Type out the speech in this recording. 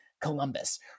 Columbus